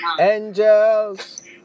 Angels